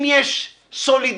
אם יש סולידריות,